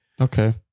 Okay